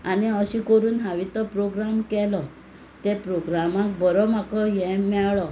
आनी अशें करून हांवें तो प्रोग्राम केलो ते प्रोग्रामाक बरो म्हाका हे मेळ्ळो